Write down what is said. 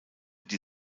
die